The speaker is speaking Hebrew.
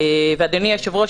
ואדוני היושב-ראש,